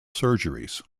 surgeries